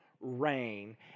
rain